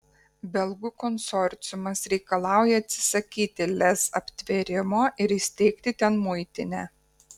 belgų konsorciumas reikalauja atsisakyti lez aptvėrimo ir įsteigti ten muitinę